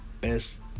Best